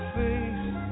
face